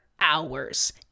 hours